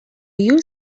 you